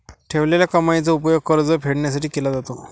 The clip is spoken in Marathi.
ठेवलेल्या कमाईचा उपयोग कर्ज फेडण्यासाठी केला जातो